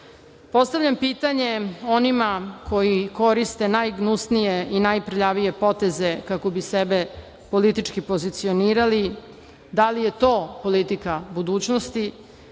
zemlji. Postavljam pitanje onima koji koriste najgnusnije i najprljavije poteze, kako bi sebe politički pozicionirali – da li je to politika budućnosti